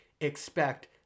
expect